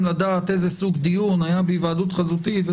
לדעת איזה סוג דיון היה בהיוועדות חזותית.